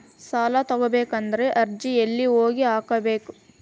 ಸಾಲ ತಗೋಬೇಕಾದ್ರೆ ಅರ್ಜಿ ಎಲ್ಲಿ ಹೋಗಿ ಹಾಕಬೇಕು?